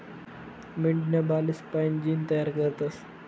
मेंढीना बालेस्पाईन जीन तयार करतस